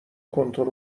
کنترل